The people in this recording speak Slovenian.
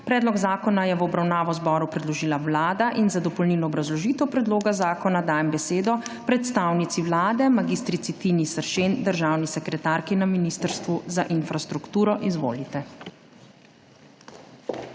Predlog zakona je v obravnavo zboru predložila Vlada. Za dopolnilno obrazložitev predloga zakona dajem besedo predstavnici Vlade mag. Tini Seršen, državni sekretarki na Ministrstvu za infrastrukturo. Izvolite.